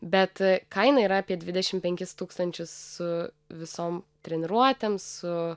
bet kaina yra apie dvidešimt penkis tūkstančius su visom treniruotėm su